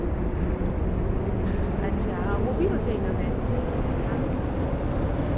अच्छा हाँ वह भी कट जाएगा मेम हाँ